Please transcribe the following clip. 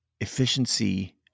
Efficiency